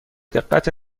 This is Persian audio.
دقت